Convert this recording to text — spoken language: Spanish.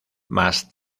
más